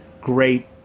great